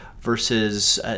versus